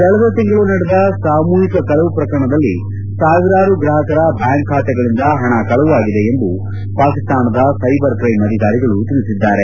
ಕಳೆದ ತಿಂಗಳು ನಡೆದ ಸಾಮೂಹಿಕ ಕಳವು ಪ್ರಕರಣದಲ್ಲಿ ಸಾವಿರಾರು ಗ್ರಾಹಕರ ಬ್ಹಾಂಕ್ ಖಾತೆಗಳಿಂದ ಹಣ ಕಳವಾಗಿದೆ ಎಂದು ಪಾಕಿಸ್ತಾನದ ಸ್ಕೆಬರ್ ಕ್ರೈಮ್ ಅಧಿಕಾರಿಗಳು ತಿಳಿಸಿದ್ದಾರೆ